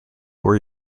were